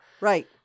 Right